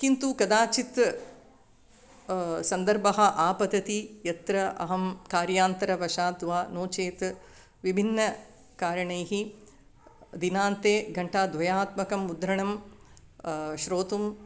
किन्तु कदाचित् सन्दर्भः आपतति यत्र अहं कार्यान्तरवशात् वा नो चेत् विभिन्नकारणैः दिनान्ते घण्टाद्वयात्मकं मुद्रणं श्रोतुम्